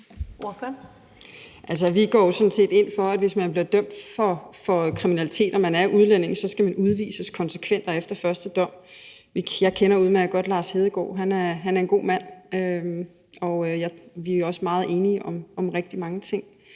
set ind for, at hvis man bliver dømt for kriminalitet og man er udlænding, så skal man udvises konsekvent efter første dom. Jeg kender udmærket godt Lars Hedegaard. Han er en god mand, og vi er også meget enige om rigtig mange ting.